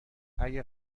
اگه